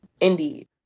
Indeed